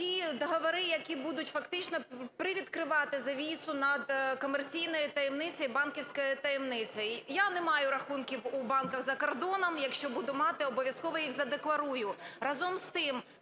Ті договори, які будуть фактично привідкривати завісу над комерційною таємницею і банківською таємницею. Я не маю рахунків у банках за кордоном. Якщо буду мати, обов'язково їх задекларую.